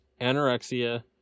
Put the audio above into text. anorexia